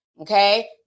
Okay